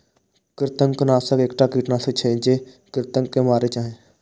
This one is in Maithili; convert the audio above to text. कृंतकनाशक एकटा कीटनाशक छियै, जे कृंतक के मारै छै